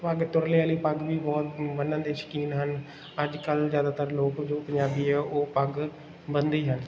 ਪੱਗ ਤੁਰਲੇ ਵਾਲੀ ਪੱਗ ਵੀ ਬਹੁਤ ਬੰਨ੍ਹਣ ਦੇ ਸ਼ੌਕੀਨ ਹਨ ਅੱਜ ਕੱਲ ਜ਼ਿਆਦਾਤਰ ਲੋਕ ਜੋ ਪੰਜਾਬੀ ਆ ਉਹ ਪੱਗ ਬੰਨ੍ਹਦੇ ਹੀ ਹਨ